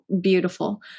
beautiful